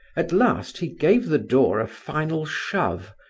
at last he gave the door a final shove,